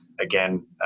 again